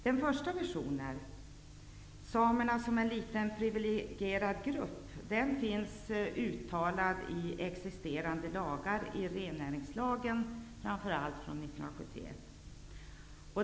Den första versionen -- samerna som en liten privilegierad grupp -- finns uttalad i existerande lagar, framför allt i rennäringslagen från 1971.